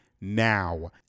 now